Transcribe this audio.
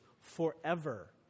forever